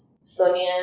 Sonia